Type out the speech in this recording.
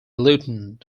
lieutenant